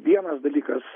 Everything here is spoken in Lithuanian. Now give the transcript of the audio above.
vienas dalykas